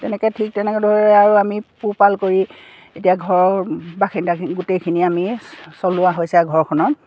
তেনেকৈ ঠিক তেনেদৰে আৰু আমি পোহপাল কৰি এতিয়া ঘৰৰ বাসিন্দাখিন গোটেইখিনি আমি চলোৱা হৈছে ঘৰখনৰ